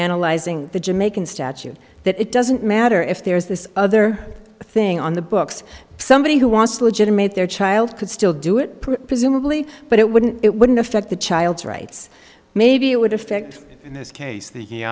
analyzing the jamaican statute that it doesn't matter if there is this other thing on the books somebody who wants legitimate their child could still do it presumably but it wouldn't it wouldn't affect the child's rights maybe it would affect in this case th